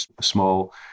small